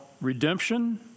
redemption